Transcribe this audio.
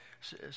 Says